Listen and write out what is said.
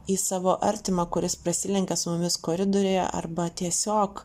į savo artimą kuris prasilenkia su mumis koridoriuje arba tiesiog